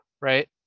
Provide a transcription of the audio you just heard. right